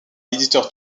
l’éditeur